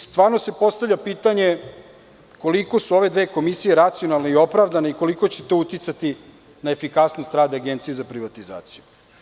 Stvarno se postavlja pitanjekoliko su ove dve komisije racionalne i opravdane i koliko će to uticati na efikasnost rada Agencije za privatizaciju?